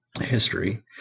history